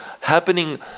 happening